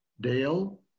Dale